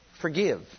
forgive